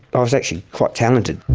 i was actually quite talented.